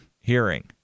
hearing